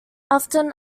afton